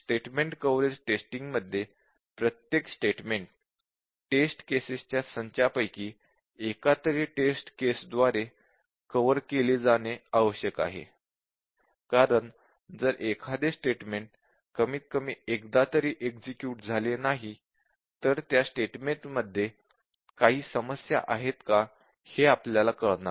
statement coverage testing मध्ये प्रत्येक statement test केसेसच्या संचांपैकी एका तरी टेस्ट केस द्वारे कव्हर केले जाणे आवश्यक आहे कारण जर एखादे स्टेटमेंट कमीतकमी एकदा तरी एक्झिक्युट झाले नाही तर त्या स्टेटमेंट मध्ये काही समस्या आहे का हे आपल्याला कळणार नाही